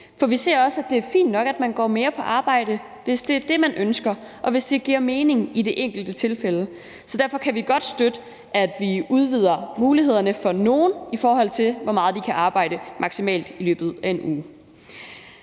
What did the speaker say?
for vi ser også, at det er fint nok, at man går mere på arbejde, hvis det er det, man ønsker, og hvis det giver mening i det enkelte tilfælde. Så derfor kan vi godt støtte, at vi udvider mulighederne for nogle, i forhold til hvor meget de maksimalt kan arbejde i løbet af en uge.